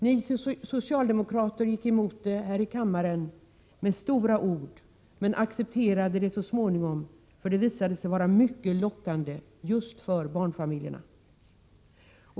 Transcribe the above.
Ni socialdemokrater gick emot förslagen här i kammaren, med stora ord, men accepterade dem så småningom, därför att de visade sig vara mycket lockande just för barnfamiljerna.